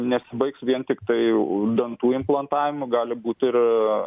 nesibaigs vien tiktai dantų implantavimu gali būt ir